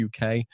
UK